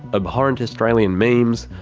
abhorrent australian memes,